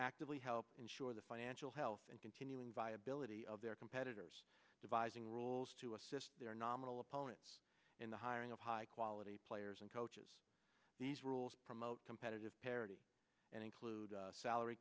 actively help ensure the financial health and continuing viability of their competitors devising rules to assist their nominal opponents in the hiring of quality players and coaches these rules promote competitive parity and include salary